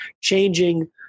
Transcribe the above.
changing